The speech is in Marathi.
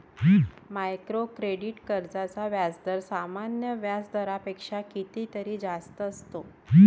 मायक्रो क्रेडिट कर्जांचा व्याजदर सामान्य व्याज दरापेक्षा कितीतरी जास्त असतो